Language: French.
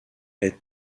est